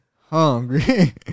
hungry